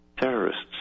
terrorists